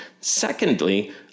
Secondly